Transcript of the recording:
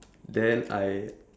then I